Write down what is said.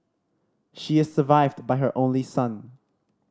she is survived by her only son